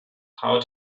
how